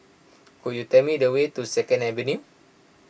could you tell me the way to Second Avenue